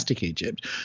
Egypt